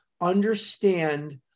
understand